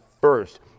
first